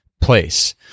place